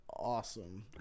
Awesome